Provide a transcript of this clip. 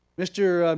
mr.